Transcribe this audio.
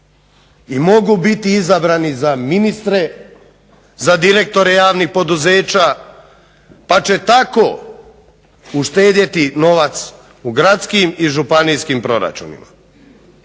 i mogu biti izabrani za ministre, za direktore javnih poduzeća, pa će tako uštedjeti novac u gradskim i županijskim proračunima.